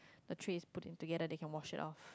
the trays put in together they can wash it off